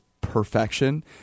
perfection